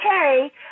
okay